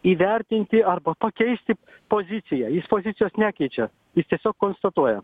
įvertinti arba pakeisti poziciją jis pozicijos nekeičia jis tiesiog konstatuoja